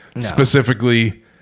specifically